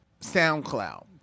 SoundCloud